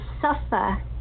suffer